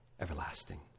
everlasting